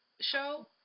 show